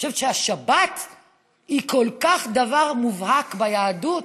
אני חושבת שהשבת היא דבר כל כך מובהק ביהדות,